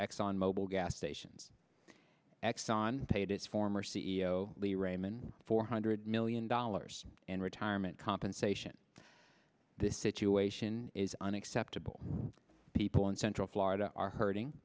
exxon mobil gas stations exxon paid its former c e o lee raymond four hundred million dollars and retirement compensation this situation is unacceptable people in central florida are hurting